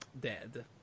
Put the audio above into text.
dead